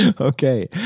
Okay